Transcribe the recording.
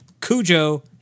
Cujo